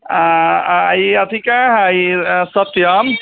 आ ई अथी कऽ सत्यम